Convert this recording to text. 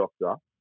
doctor